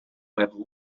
have